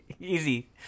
Easy